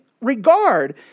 regard